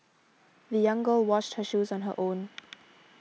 the young girl washed her shoes on her own